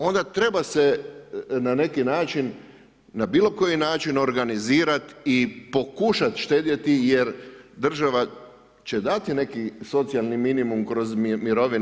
Onda treba se na neki način na bilo koji način organizirati i pokušat štedjeti jer država će dati neki socijalni minimum kroz mirovine.